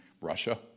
Russia